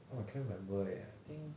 oh I cannot remember eh I think